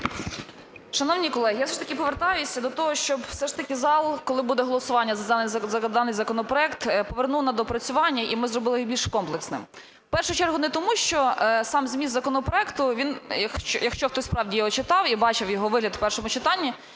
Шановні колеги, я все ж таки повертаюся до того, щоб все ж таки зал, коли буде голосування за даний законопроект, повернув на доопрацювання, і ми зробили його більш комплексним. В першу чергу, не тому, що сам зміст законопроекту, він, якщо хтось справді його читав і бачив його вигляд в першому читанні,